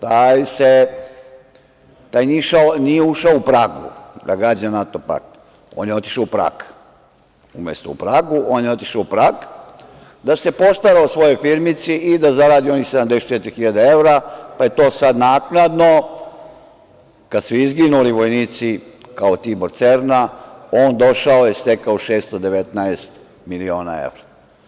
Taj nije ušao u Pragu da gađa NATO pakt, on je otišao u Prag, umesto u Pragu, on je otišao u Prag da se postara o svojoj firmici i da zaradi onih 74.000 evra, pa je to sada naknadno kada su izginuli vojnici kao Tibor Cerna, on došao i stekao 619 miliona evra.